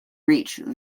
reached